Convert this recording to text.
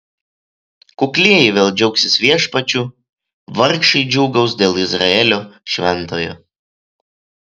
kuklieji vėl džiaugsis viešpačiu vargšai džiūgaus dėl izraelio šventojo